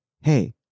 hey